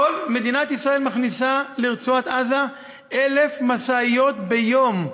מדינת ישראל מכניסה לרצועת-עזה 1,000 משאיות ביום.